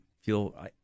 feel